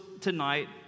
tonight